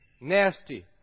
Nasty